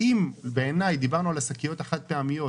דיברנו על שקיות הניילון,